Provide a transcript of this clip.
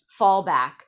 fallback